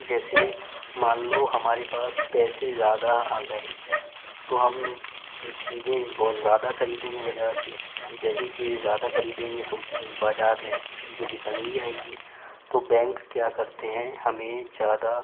जैसे मान लो हमारे पास पैसे ज़्यादा आ गए तो हम चीज़ें बहुत ज़्यादा ख़रीदेंगे बज़ार से जैसे चीजे़ ज़्यादा ख़रीदेंगे तो बाज़ार में चीज़ों की तंगी आएगी तो बैंक क्या करते हैं हमें ज़्यादा